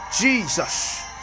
Jesus